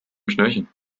schnürchen